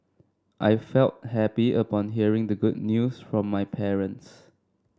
I felt happy upon hearing the good news from my parents